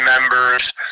members